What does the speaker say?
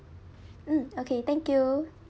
mm okay thank you